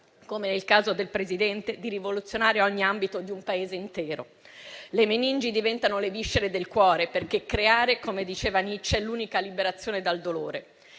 come nel caso del Presidente - di rivoluzionare ogni ambito di un Paese intero. Le meningi diventano le viscere del cuore, perché creare - come diceva Nietzsche - è l'unica liberazione dal dolore.